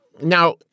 Now